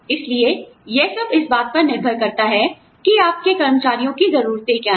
इसलिए यह सब इस बात पर निर्भर करता है कि आपके कर्मचारियों की जरूरतें क्या हैं